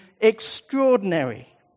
extraordinary